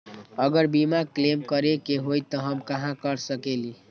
अगर बीमा क्लेम करे के होई त हम कहा कर सकेली?